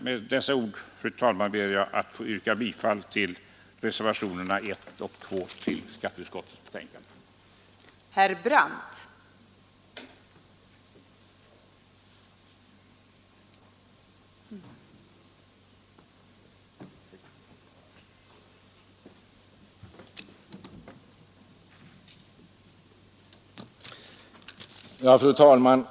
Med dessa ord, fru talman, ber jag att få yrka bifall till reservationerna I och 2 vid skatteutskottets betänkande nr 44.